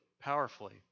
powerfully